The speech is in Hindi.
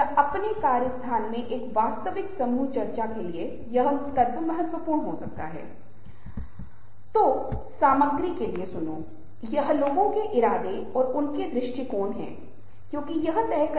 इससे व्यक्तियों को न केवल दूसरों के साथ अच्छे संबंध बनाने में मदद मिलेगी बल्कि एक सार्थक और सफल जीवन जीने में मदद मिलेगी